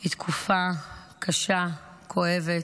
היא תקופה קשה, כואבת.